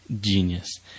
genius